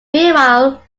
meanwhile